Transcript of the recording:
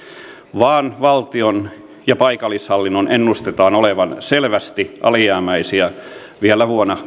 vaan valtion ja paikallishallinnon ennustetaan olevan selvästi alijäämäisiä vielä vuonna